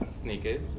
Sneakers